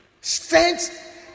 strength